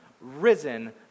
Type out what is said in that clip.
risen